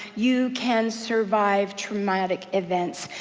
you can survive traumatic events.